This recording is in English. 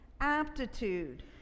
aptitude